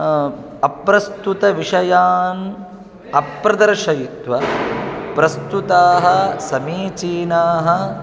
अप्रस्तुतविषयान् अप्रदर्शयित्वा प्रस्तुताः समीचीनाः